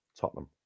Tottenham